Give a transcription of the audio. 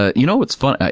ah you know, it's funny.